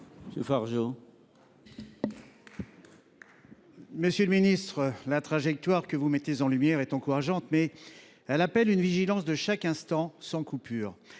Monsieur le ministre, la trajectoire que vous mettez en lumière est encourageante, mais elle appelle une vigilance de chaque instant – et sans coupure.